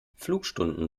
flugstunden